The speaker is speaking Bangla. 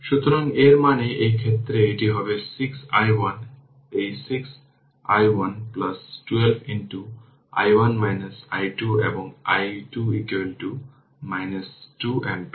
সুতরাং এর মানে এই ক্ষেত্রে এটি হবে 6 i1 এই 6 i1 6 i1 12 i1 i2 এবং i2 2 অ্যাম্পিয়ার